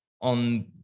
on